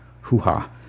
hoo-ha